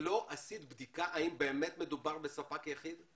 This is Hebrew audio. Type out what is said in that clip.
לא עשית בדיקה האם באמת מדובר בספק יחיד?